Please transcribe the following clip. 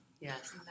yes